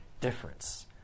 difference